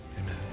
amen